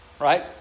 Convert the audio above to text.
Right